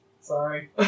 Sorry